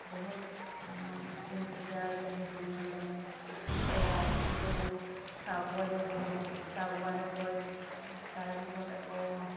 বহুত তিনিচুকীয়াৰ যেনে দূৰ দূৰণি জেগাত গ'লোঁ চাবুৱালৈ গ'লোঁ চাবুৱালৈ গৈ তাৰপিছত আকৌ